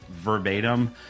verbatim